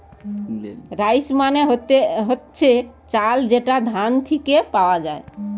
rice মানে হচ্ছে চাল যেটা ধান থিকে পাওয়া যায়